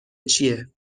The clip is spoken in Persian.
چیه